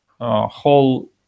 whole